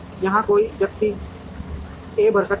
यहाँ कोई व्यक्ति यहाँ A भर सकता है